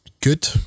good